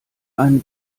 ein